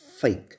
Fake